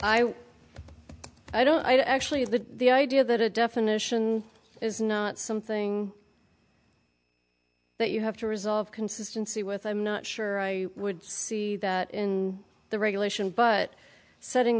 don't i don't actually like the idea that a definition is not something that you have to resolve consistency with i'm not sure i would see that in the regulation but setting